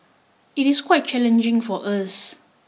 it is quite challenging for us